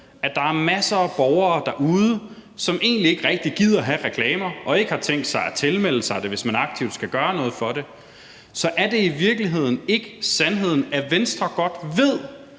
at der er masser af borgere derude, som egentlig ikke rigtig gider have reklamer og ikke har tænkt sig at tilmelde det, hvis man aktivt skal gøre noget for det. Så er det i virkeligheden ikke sandheden, at Venstre godt ved,